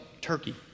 Turkey